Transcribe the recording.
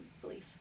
belief